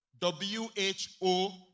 W-H-O